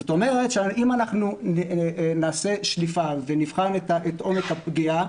זאת אומרת שאם נעשה שליפה ונבחן את עומק הפגיעה,